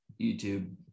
YouTube